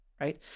right